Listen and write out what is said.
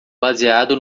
baseado